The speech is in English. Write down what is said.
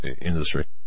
industry